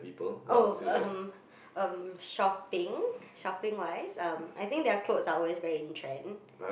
oh um shopping shopping wise um I think their clothes are always very in trend